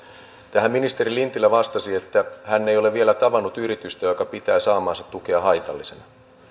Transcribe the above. tähän ministeri lintilä vastasi että hän ei ole vielä tavannut yritystä joka pitää saamaansa tukea haitallisena